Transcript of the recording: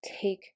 take